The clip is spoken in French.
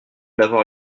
d’avoir